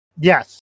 Yes